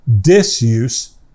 disuse